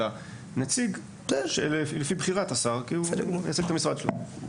אלא נציג לפי בחירת השר כי הוא מייצג את המשרד שלו.